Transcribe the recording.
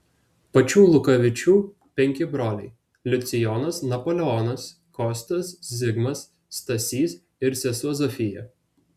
pačių lukavičių penki broliai liucijonas napoleonas kostas zigmas stasys ir sesuo zofija